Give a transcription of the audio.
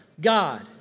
God